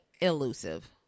elusive